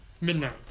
Midnight